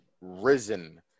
risen